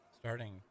starting